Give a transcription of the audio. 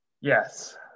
Yes